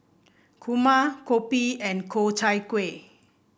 kurma kopi and Ku Chai Kueh